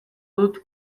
dut